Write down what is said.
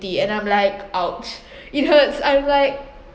and I'm like !ouch! you know it's I'm like